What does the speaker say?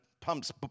pumps